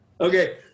Okay